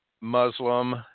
Muslim